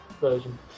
version